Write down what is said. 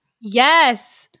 Yes